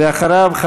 ואחריו,